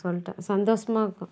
சொல்லிட்டேன் சந்தோசமாக இருக்கும்